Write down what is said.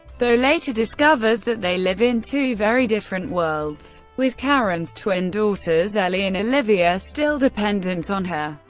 though later discovers that they live in two very different worlds, with karen's twin daughters ellie and olivia still dependant on her.